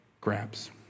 grabs